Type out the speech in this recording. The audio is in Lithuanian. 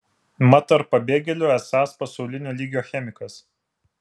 mat tarp pabėgėlių esąs pasaulinio lygio chemikas